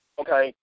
okay